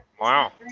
Wow